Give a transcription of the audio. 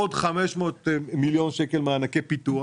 עוד 500 מיליון שקלים מענקי פיתוח,